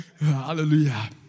Hallelujah